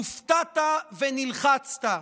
הופתעת ונלחצת.